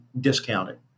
discounted